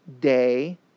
day